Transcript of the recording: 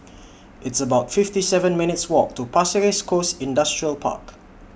It's about fifty seven minutes' Walk to Pasir Ris Coast Industrial Park